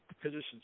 positions